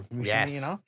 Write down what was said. yes